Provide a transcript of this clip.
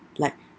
like